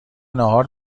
ناهار